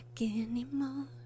anymore